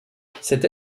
cette